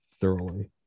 thoroughly